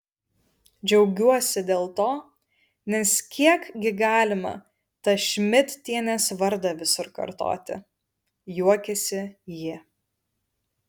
džiaugiuosi dėl to nes kiek gi galima tą šmidtienės vardą visur kartoti juokėsi ji